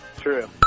True